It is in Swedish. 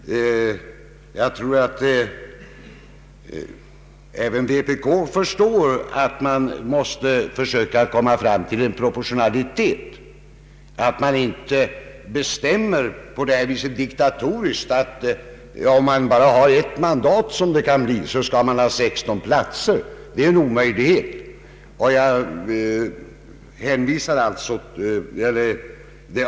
Jag tror att även vpk förstår att man måste försöka komma fram till en proportionalitet. Man kan inte diktatoriskt bestämma att ett parti med bara ett mandat i riksdagen skall ha 16 utskottsplatser. Det är ju en omöjlighet.